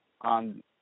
on